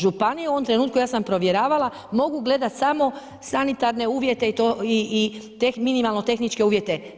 Županije u ovom trenutku, ja sam provjeravala mogu gledat samo sanitarne uvjete i minimalno tehničke uvjete.